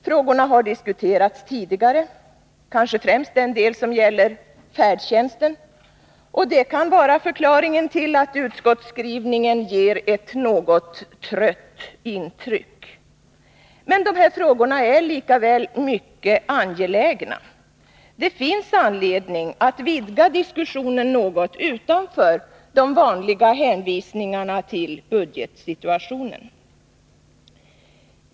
Frågorna har diskuterats tidigare, kanske främst den del som gäller färdtjänsten, och det kan vara förklaringen till att utskottsskrivningen ger ett något ”trött” intryck. Men de är likväl mycket angelägna. Det finns anledning att vidga diskussionen något utanför de vanliga hänvisningarna till budgetsituationen.